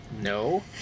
No